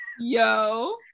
Yo